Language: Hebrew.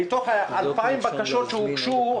מתוך 2,000 בקשות שהוגשו,